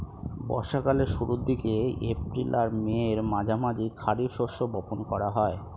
বর্ষা কালের শুরুর দিকে, এপ্রিল আর মের মাঝামাঝি খারিফ শস্য বপন করা হয়